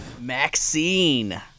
Maxine